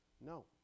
No